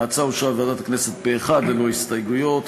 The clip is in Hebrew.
ההצעה אושרה בוועדת הכנסת פה-אחד ללא הסתייגויות,